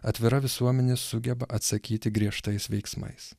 atvira visuomenė sugeba atsakyti griežtais veiksmais